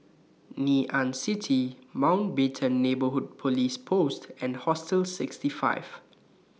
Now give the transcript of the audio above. Ngee Ann City Mountbatten Neighbourhood Police Post and Hostel sixty five